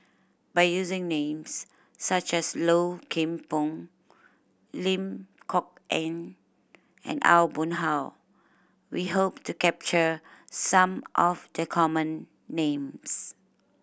by using names such as Low Kim Pong Lim Kok Ann and Aw Boon Haw we hope to capture some of the common names